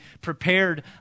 prepared